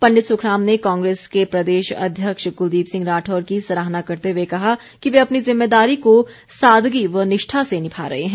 पंडित सुखराम ने कांग्रेस के प्रदेश अध्यक्ष कुलदीप सिंह राठौर की सराहना करते हुए कहा कि वे अपनी ज़िम्मेदारी को सादगी व निष्ठा से निभा रहे हैं